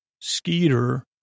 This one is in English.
Skeeter